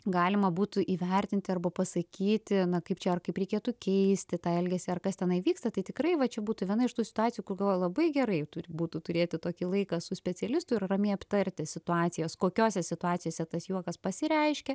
galima būtų įvertinti arba pasakyti na kaip čia ar kaip reikėtų keisti tą elgesį ar kas tenai vyksta tai tikrai va čia būtų viena iš tų situacijų kur galvoju labai gerai būtų turėti tokį laiką su specialistu ir ramiai aptarti situacijas kokiose situacijose tas juokas pasireiškia